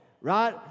right